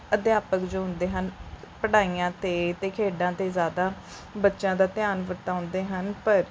ਅਧਿਆਪਕ ਜੋ ਹੁੰਦੇ ਹਨ ਪੜ੍ਹਾਈਆਂ 'ਤੇ ਅਤੇ ਖੇਡਾਂ ਅਤੇ ਜ਼ਿਆਦਾ ਬੱਚਿਆ ਦਾ ਧਿਆਨ ਵਟਾਉਂਦੇ ਹਨ ਪਰ